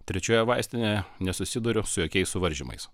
trečioje vaistinėje nesusiduriu su jokiais suvaržymais